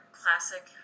classic